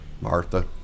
Martha